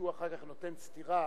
כשהוא אחר כך נותן סטירה,